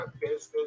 business